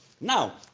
Now